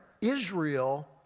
Israel